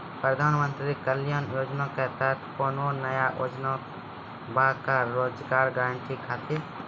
प्रधानमंत्री कल्याण योजना के तहत कोनो नया योजना बा का रोजगार गारंटी खातिर?